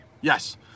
Yes